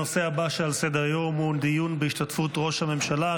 הנושא הבא שעל סדר-היום הוא דיון בהשתתפות ראש הממשלה,